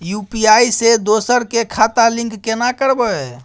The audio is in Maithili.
यु.पी.आई से दोसर के खाता लिंक केना करबे?